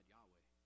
Yahweh